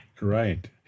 Right